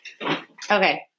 Okay